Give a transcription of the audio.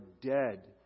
dead